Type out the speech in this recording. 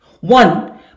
One